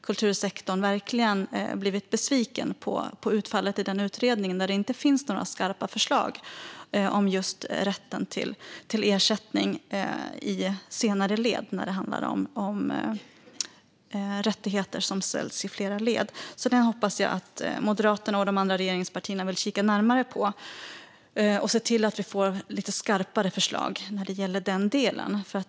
Kultursektorn har verkligen blivit besviken på utfallet i utredningen, där det inte finns några skarpa förslag om just rätten till ersättning i senare led när det handlar om rättigheter i flera led. Jag hoppas att Moderaterna och de andra regeringspartierna kikar närmare på detta och ser till att vi får lite skarpare förslag i den delen.